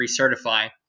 recertify